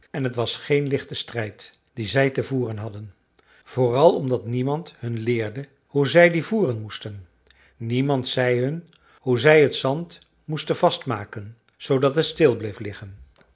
en t was geen lichte strijd dien zij te voeren hadden vooral omdat niemand hun leerde hoe zij dien voeren moesten niemand zei hun hoe zij het zand moesten vastmaken zoodat het stil bleef liggen